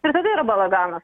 ir tada yra balaganas